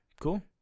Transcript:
Cool